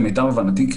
למיטב הבנתי כן.